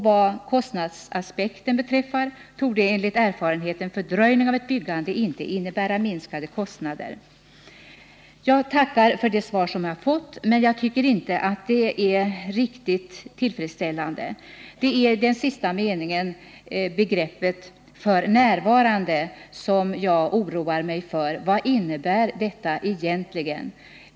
Vad kostnadsaspekten beträffar torde enligt erfarenhet en fördröjning av ett byggande inte innebära minskade kostnader. Jag tackar för det svar som jag har fått, men jag tycker inte att det är riktigt tillfredsställande. Det är begreppet f. n. i sista meningen jag oroar mig för. Vad innebär detta egentligen?